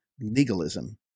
legalism